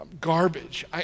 garbage